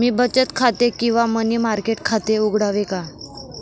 मी बचत खाते किंवा मनी मार्केट खाते उघडावे का?